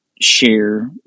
share